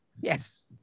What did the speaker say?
Yes